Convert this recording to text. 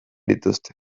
dituzte